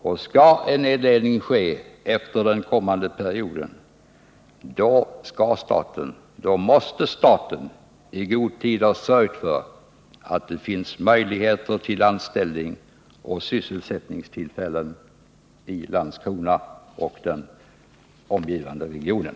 Och skall en nedläggning ske efter den kommande perioden, måste staten i god tid ha sörjt för att det finns möjligheter till anställning genom sysselsättningstillfällen i Landskrona och den omgivande regionen.